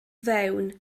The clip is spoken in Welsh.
fewn